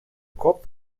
kopf